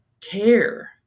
care